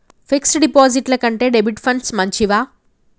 Fix డ్ డిపాజిట్ల కంటే డెబిట్ ఫండ్స్ మంచివా?